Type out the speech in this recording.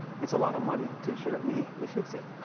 it's a lot of money to ensure that we we fix it.